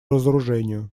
разоружению